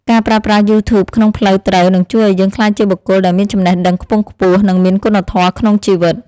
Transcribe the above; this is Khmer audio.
ការប្រើប្រាស់យូធូបក្នុងផ្លូវត្រូវនឹងជួយឱ្យយើងក្លាយជាបុគ្គលដែលមានចំណេះដឹងខ្ពង់ខ្ពស់ និងមានគុណធម៌ក្នុងជីវិត។